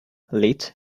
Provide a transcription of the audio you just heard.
lit